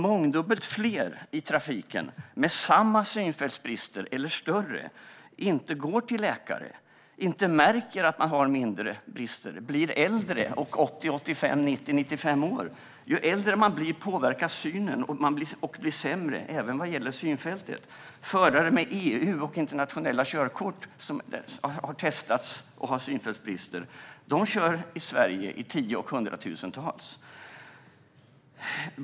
Mångdubbelt fler i trafiken med samma synfältsbrister eller större går inte till läkare och märker inte att de har mindre brister. Det kan vara äldre, 80-95 år. Synen påverkas och blir sämre ju äldre man blir, även synfältet. Förare med synfältsbrister som har EU och internationella körkort, som har testats, kör i Sverige i tio och hundratusentals.